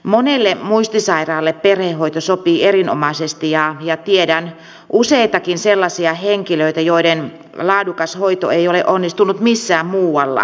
monelle muistisairaalle perhehoito sopii erinomaisesti ja tiedän useitakin sellaisia henkilöitä joiden laadukas hoito ei ole onnistunut missään muualla